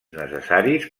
necessaris